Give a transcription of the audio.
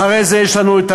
אחרי זה יש לנו,